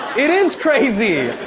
it is crazy.